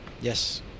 Yes